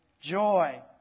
joy